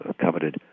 coveted